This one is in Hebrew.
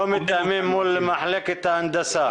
ולא מתאמים מול מחלקת ההנדסה.